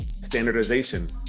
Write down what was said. standardization